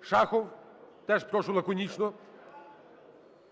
Шахов. Теж прошу лаконічно.